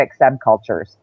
subcultures